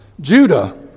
Judah